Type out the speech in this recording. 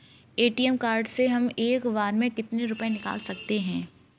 ATM card से हम एक बार में कितने रुपये निकाल सकते हैं?